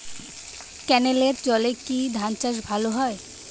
ক্যেনেলের জলে কি ধানচাষ ভালো হয়?